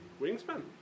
Wingspan